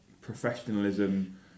professionalism